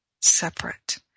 separate